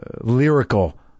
lyrical